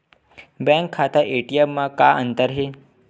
Bank खाता ATM मा का अंतर हे?